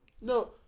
No